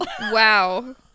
Wow